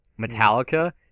Metallica